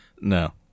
No